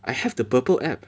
I have the Burple app